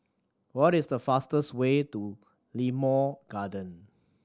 what is the fastest way to Limau Garden